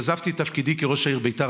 אני עזבתי את תפקידי כראש העיר ביתר,